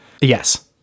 Yes